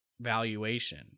valuation